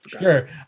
Sure